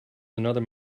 another